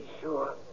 sure